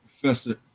professor